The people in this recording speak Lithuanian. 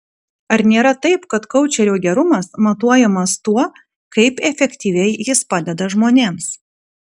ar nėra taip kad koučerio gerumas matuojamas tuo kaip efektyviai jis padeda žmonėms